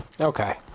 Okay